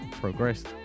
progressed